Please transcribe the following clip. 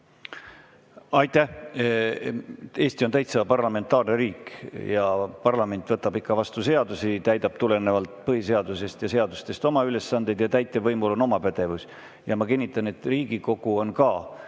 Aitäh! Eesti on täitsa parlamentaarne riik ja parlament võtab ikka vastu seadusi, täidab tulenevalt põhiseadusest ja seadustest oma ülesandeid. Ja täitevvõimul on oma pädevus. Ja ma kinnitan, et Riigikogu on ka